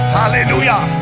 hallelujah